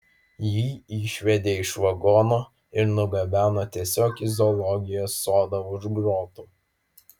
jį išvedė iš vagono ir nugabeno tiesiog į zoologijos sodą už grotų